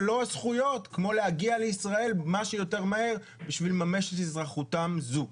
ולא זכויות כמו להגיע לישראל מה שיותר מהר בשביל לממש את אזרחותם זו?